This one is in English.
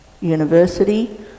University